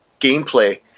gameplay